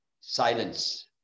silence